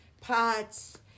pots